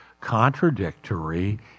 contradictory